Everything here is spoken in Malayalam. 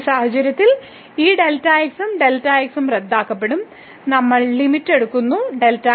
ഈ സാഹചര്യത്തിൽ ഈ Δx ഉം Δx ഉം റദ്ദാക്കപ്പെടും നമ്മൾ ലിമിറ്റ് എടുക്കുന്നു Δx 0